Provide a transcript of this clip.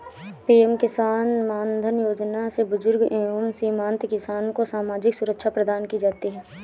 PM Kisan Mandhan Yojana से बुजुर्ग एवं सीमांत किसान को सामाजिक सुरक्षा प्रदान की जाती है